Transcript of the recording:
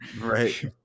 right